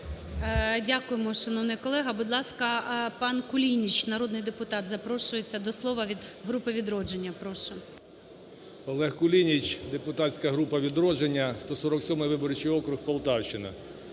Дякуємо, шановний колего. Будь ласка, пан Кулініч, народний депутат, запрошується до слова від групи "Відродження". Прошу. 11:17:53 КУЛІНІЧ О.І. Олег Кулініч, депутатська група "Відродження", 147-й виборчий округ, Полтавщина.